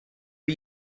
are